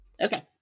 Okay